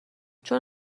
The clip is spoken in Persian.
چون